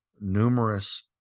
numerous